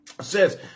says